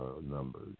numbers